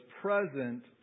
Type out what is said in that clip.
present